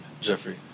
Jeffrey